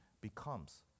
becomes